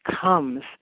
comes